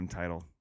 title